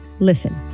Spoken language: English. listen